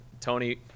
Tony